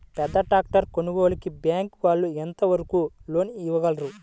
పెద్ద ట్రాక్టర్ కొనుగోలుకి బ్యాంకు వాళ్ళు ఎంత వరకు లోన్ ఇవ్వగలరు?